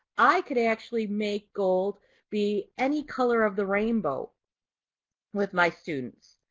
i could actually make gold be any color of the rainbow with my students.